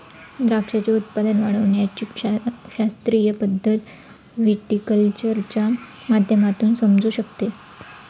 द्राक्षाचे उत्पादन वाढविण्याची शास्त्रीय पद्धत व्हिटीकल्चरच्या माध्यमातून समजू शकते